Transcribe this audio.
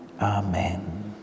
amen